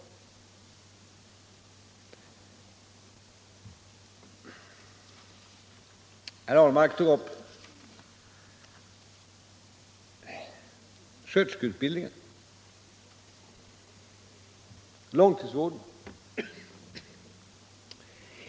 Herr Ahlmark tog upp sköterskeutbildningen och långtidsvården.